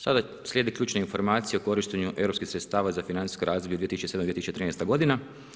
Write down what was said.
Sada slijede ključne informacije o korištenju europskih sredstava za financijsko razdoblje 2007.-2013. godina.